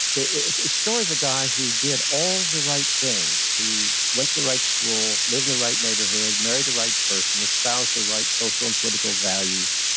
it's a story of a guy who did all the right things. he went to the right school, lived in the right neighborhood, married the right person. espouse the right social and political values,